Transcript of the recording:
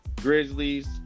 Grizzlies